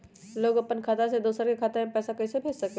लोग अपन खाता से दोसर के खाता में पैसा कइसे भेज सकेला?